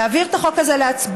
להעביר את החוק הזה להצבעה.